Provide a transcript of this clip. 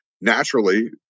naturally